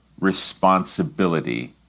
responsibility